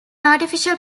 artificial